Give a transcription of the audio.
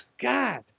God